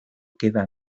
queda